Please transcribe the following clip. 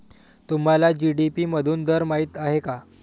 तुम्हाला जी.डी.पी मधून दर माहित आहे का?